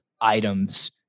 items